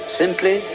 simply